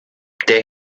der